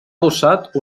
adossat